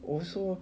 also